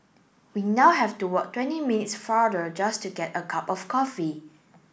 we now have to walk twenty minutes farther just to get a cup of coffee